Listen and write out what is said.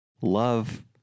Love